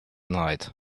night